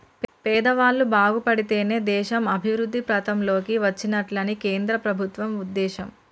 పేదవాళ్ళు బాగుపడితేనే దేశం అభివృద్ధి పథం లోకి వచ్చినట్లని కేంద్ర ప్రభుత్వం ఉద్దేశం